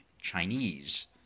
Chinese